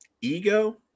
ego